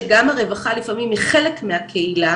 שגם הרווחה לפעמים היא חלק מהקהילה,